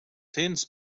cents